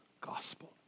gospel